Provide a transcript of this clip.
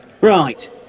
Right